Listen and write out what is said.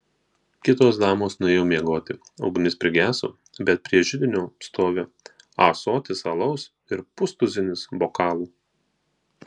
kitos damos nuėjo miegoti ugnis prigeso bet prie židinio stovi ąsotis alaus ir pustuzinis bokalų